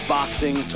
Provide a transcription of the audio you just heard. Boxing